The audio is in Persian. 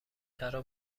ترا